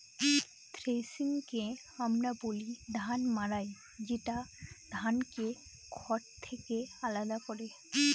থ্রেশিংকে আমরা বলি ধান মাড়াই যেটা ধানকে খড় থেকে আলাদা করে